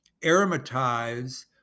aromatize